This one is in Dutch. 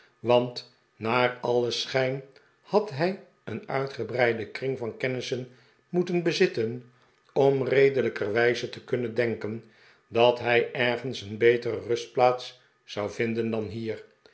want naar alien schijn had hij een uitgebreiden kring van kennissen moeten bezitten om redelijkerwijze te kunnen denken dat hij ergens een betere rustplaats zou vinden dan hier